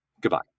goodbye